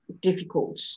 difficult